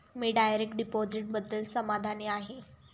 मी direct डिपॉझिटबद्दल समाधानी आहे